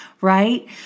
right